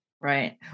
Right